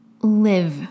live